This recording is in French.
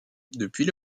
depuis